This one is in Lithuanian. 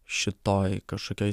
šitoj kažkokioj